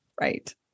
Right